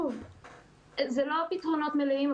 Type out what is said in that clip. זה לא פתרונות מלאים.